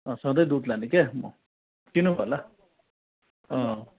सधैँ दुध लाने क्या म चिन्नु भयो होला